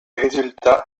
résultats